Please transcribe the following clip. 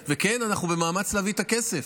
אנחנו במאמץ להביא את הכסף,